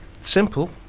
simple